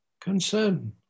concern